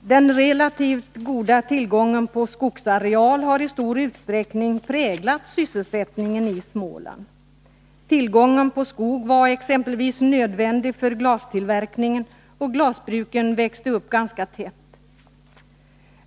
Den relativt goda tillgången på skogsareal har i stor utsträckning präglat sysselsättningen i Småland. Tillgången på skog var exempelvis nödvändig för glastillverkningen, och glasbruken växte upp ganska tätt.